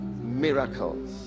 miracles